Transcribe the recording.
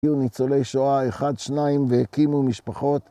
היו ניצולי שואה אחד, שניים והקימו משפחות